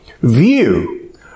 view